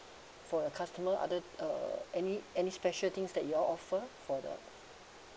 for your customer other uh any any special things that you all offer for the